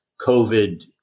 COVID